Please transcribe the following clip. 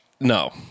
No